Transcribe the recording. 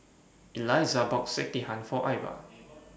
Eliza bought Sekihan For Ivah